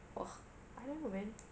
!wah! I don't know man